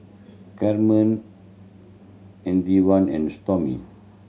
Kamron Antwain and Stormy